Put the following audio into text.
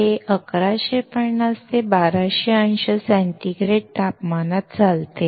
हे 1150 ते 1200 अंश सेंटीग्रेड तापमानात चालते